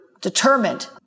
Determined